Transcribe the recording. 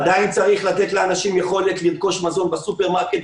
עדיין צריך לתת לאנשים יכולת לרכוש מזון בסופרמרקט,